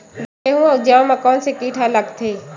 गेहूं अउ जौ मा कोन से कीट हा लगथे?